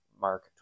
Mark